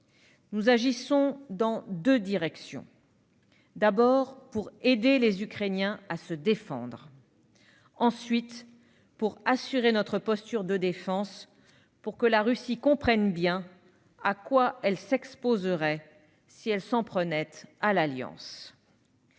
Nous agissons dans deux directions : tout d'abord, pour aider les Ukrainiens à se défendre ; ensuite, pour assurer notre posture de défense, afin que la Russie comprenne bien à quoi elle s'exposerait si elle s'en prenait à l'Alliance.